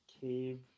cave